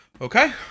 Okay